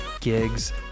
gigs